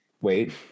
Wait